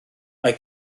mae